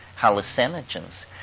hallucinogens